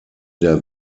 der